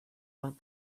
about